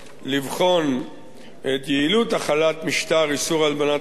לבחון את יעילות החלת משטר איסור הלבנת ההון